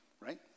right